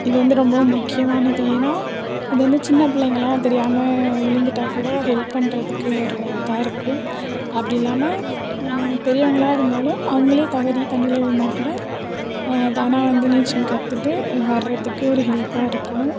இது வந்து ரொம்பவும் முக்கியமானது ஏன்னா இது வந்து சின்ன பிள்ளைங்கலாம் தெரியாமல் விழுந்துட்டாக்கூட ஹெல்ப் பண்ணுறதுக்கு ஒரு இதாக இருக்கும் அப்படியில்லாம பெரியவங்களாக இருந்தாலும் அவங்களே தவறி தண்ணியில் விழுந்தாக்கூட தானா வந்து நீச்சல் கற்றுட்டு வர்கிறதுக்கு ஒரு ஹெல்ப்பாக இருக்கும்